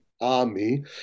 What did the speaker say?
army